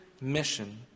mission